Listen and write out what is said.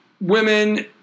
women